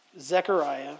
Zechariah